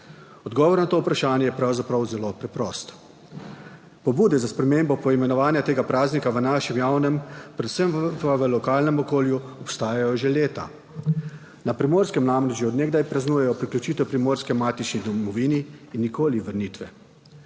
Odgovor na to vprašanje je pravzaprav zelo preprost. Pobude za spremembo poimenovanja tega praznika v našem javnem, predvsem v lokalnem okolju obstajajo že leta. Na Primorskem namreč že od nekdaj praznujejo priključitev Primorske k matični domovini in nikoli vrnitve.